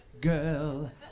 girl